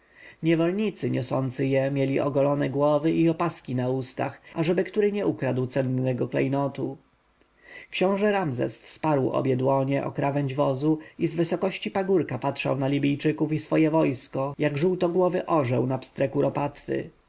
niewolnicy niosący je mieli ogolone głowy i opaski na ustach ażeby który nie ukradł cennego klejnotu książę ramzes wsparł obie ręce o krawędź wozu i z wysokości pagórka patrzył na libijczyków i swoje wojsko jak żółtogłowy orzeł na pstre kuropatwy